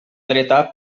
dreta